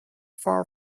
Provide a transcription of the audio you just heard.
far